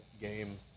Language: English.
game